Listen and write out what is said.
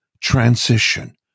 transition